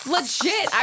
Legit